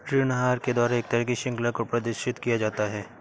ऋण आहार के द्वारा एक तरह की शृंखला को प्रदर्शित किया जाता है